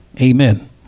Amen